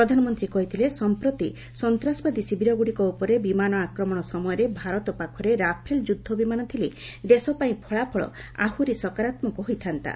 ପ୍ରଧାନମନ୍ତ୍ରୀ କହିଥିଲେ ସମ୍ପ୍ରତି ସନ୍ତାସବାଦୀ ଶିବିରଗୁଡ଼ିକ ଉପରେ ବିମାନ ଆକ୍ରମଣ ସମୟରେ ଭାରତ ପାଖରେ ରାଫେଲ ଯୁଦ୍ଧ ବିମାନ ଥିଲେ ଦେଶ ପାଇଁ ଫଳାଫଳ ଆହୁରି ସକାରାତ୍କକ ହୋଇଥାନ୍ତା